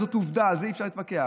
זאת עובדה, על זה אי-אפשר להתווכח.